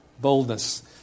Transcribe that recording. boldness